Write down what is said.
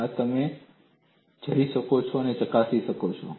આ તમે જઈ શકો છો અને ચકાસી શકો છો